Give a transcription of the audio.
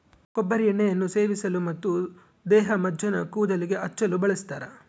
ಕೊಬ್ಬರಿ ಎಣ್ಣೆಯನ್ನು ಸೇವಿಸಲು ಮತ್ತು ದೇಹಮಜ್ಜನ ಕೂದಲಿಗೆ ಹಚ್ಚಲು ಬಳಸ್ತಾರ